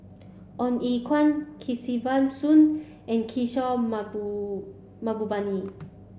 Ong Ye Kung Kesavan Soon and Kishore Mahbubani